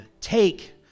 take